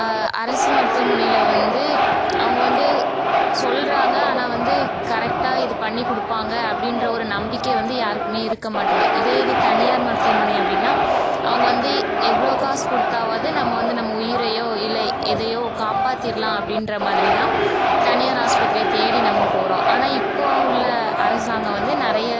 அரசு மருத்துவமனையில் வந்து அவங்க வந்து சொல்லுறாங்க ஆனால் வந்து கரெக்டாக இது பண்ணி கொடுப்பாங்க அப்படின்ற ஒரு நம்பிக்கை வந்து யாருக்குமே இருக்க மாட்டுகு இதே இது தனியார் மருத்துவமனை அப்படின்னா அவங்க வந்து எவ்வளோ காசு கொடுத்தாவாது நம்ப வந்து நம்ப உயிரையோ இல்லை எதையோ காப்பாத்திரலாம் அப்படின்ற மாதிரி தான் தனியார் ஆஸ்பத்திரியை தேடி நம்ப போகறோம் ஆனால் இப்போ உள்ள அரசாங்கம் வந்து நிறைய